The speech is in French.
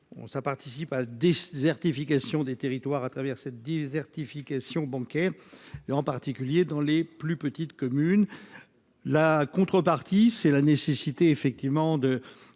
ça participe à la désertification des territoires à travers cette désertification bancaire et en particulier dans les plus petites communes, la contrepartie, c'est la nécessité effectivement de